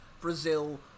Brazil